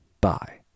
Bye